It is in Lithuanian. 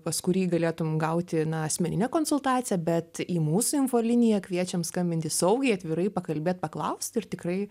pas kurį galėtum gauti na asmeninę konsultaciją bet į mūsų infoliniją kviečiam skambinti saugiai atvirai pakalbėt paklaust ir tikrai